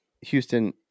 Houston